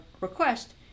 request